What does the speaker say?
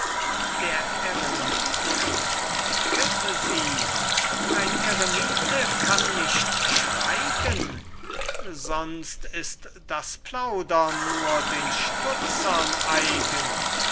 der eremit entdecket sie ein eremite kann nicht schweigen sonst ist das plaudern nur den stutzern eigen